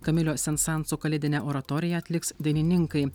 kamilio sen sanso kalėdinę oratoriją atliks dainininkai